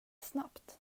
snabbt